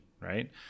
right